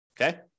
Okay